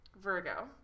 Virgo